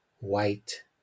white